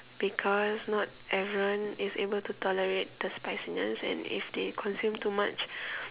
because not everyone is able to tolerate the spiciness and if they consume too much